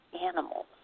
animals